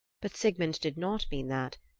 but sigmund did not mean that.